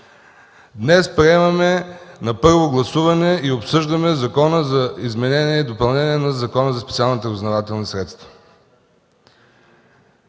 Днес приемаме на първо гласуване и обсъждаме Законопроекта за изменение и допълнение на Закона за специалните разузнавателни средства.